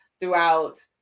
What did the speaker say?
throughout